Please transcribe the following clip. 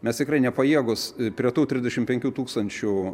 mes tikrai nepajėgūs prie tų trisdešimt penkių tūkstančių